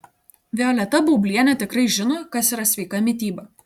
violeta baublienė tikrai žino kas yra sveika mityba